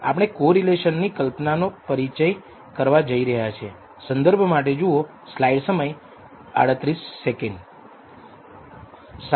આપણે કોરિલેશનની કલ્પના નો પરિચય કરવા જઈ રહ્યા છીએ